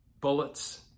bullets